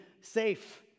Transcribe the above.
safe